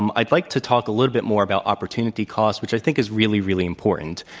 um i'd like to talk a little bit more about opportunity cost, which i think is really, really important.